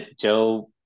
Joe